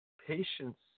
Patience